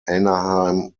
anaheim